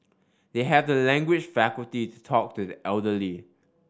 they have the language faculty to talk to the elderly